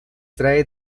trae